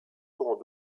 seront